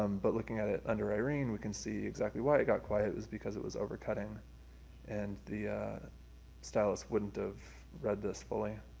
um but looking at it under irene we can see exactly why it got quiet is because it was overcutting and the stylus wouldn't have read this fully.